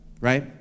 right